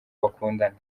bakundana